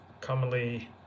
commonly